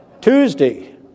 Tuesday